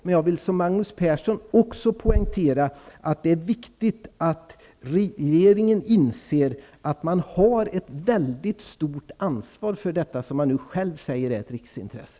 Men jag vill, som Magnus Persson, också poängtera att det är viktigt att regeringen inser att den har ett väldigt stort ansvar för detta som Mats Odell själv säger är ett riksintresse.